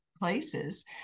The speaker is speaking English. places